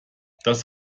das